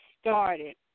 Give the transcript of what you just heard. started